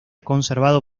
conservado